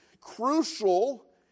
crucial